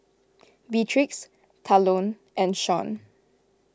Beatrix Talon and Shon